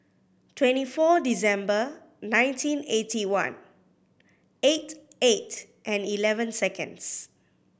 twenty four December nineteen eighty one eight eight and eleven seconds